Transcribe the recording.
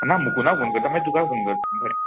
ना मुकुंदाक फोन करता मागीर तुकाय फोन करता बरें